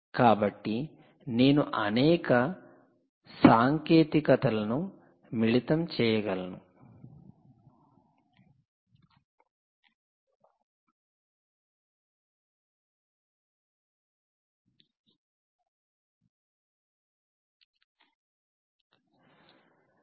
కాబట్టి నేను అనేక సాంకేతికతలను మిళితం చేయగలిసాను